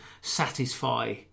satisfy